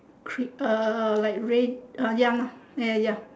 creep uh like rain uh ya ya ya ya